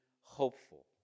hopeful